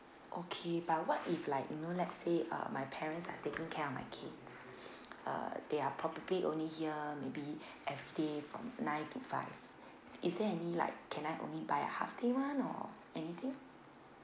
okay but what if like you know let's say uh my parents are taking care of my kids uh they are probably only here maybe everyday from nine to five is there any like can I only a buy half day one or anything